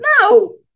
no